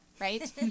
Right